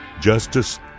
justice